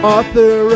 Author